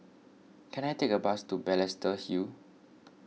can I take a bus to Balestier Hill